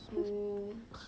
oh